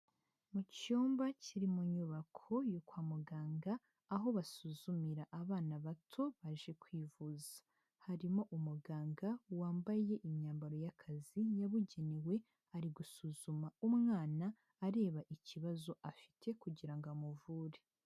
Mu cyumba kiri mu nyubako yo kwa muganga, aho basuzumira abana bato baje kwivuza. Harimo umuganga wambaye imyambaro y'akazi yabugenewe ari gusuzuma umwana, areba ikibazo afite kugira ngo amuvure.